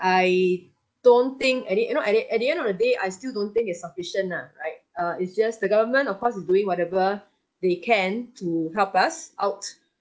I don't think at the you know at the at the end of the day I still don't think is sufficient lah right uh it's just the government of course is doing whatever they can to help us out